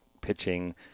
pitching